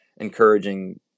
encouraging